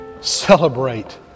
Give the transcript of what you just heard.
celebrate